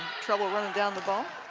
trouble running down the ball.